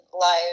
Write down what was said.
live